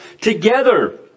together